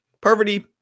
Poverty